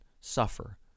suffer